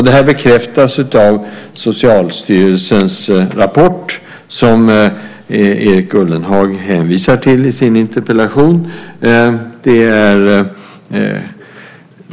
Det bekräftas av Socialstyrelsens rapport som Erik Ullenhag hänvisar till i sin interpellation.